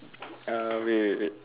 uh wait wait wait